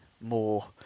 more